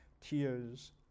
tears